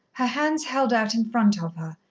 her hands held out in front of her,